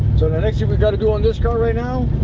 next thing we've got to do on this car right now